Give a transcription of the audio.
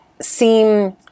seem